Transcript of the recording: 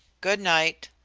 good-night.